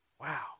Wow